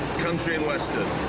country and western